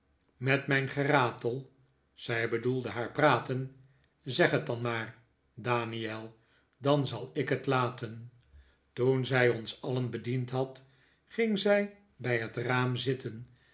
met mijn geratel zij bedoelde haar praten zeg het dan maar daniel dan zal ik het laten toen zij ons alien bediend had ging zij bij het raam zitten